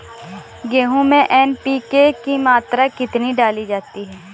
गेहूँ में एन.पी.के की मात्रा कितनी डाली जाती है?